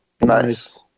nice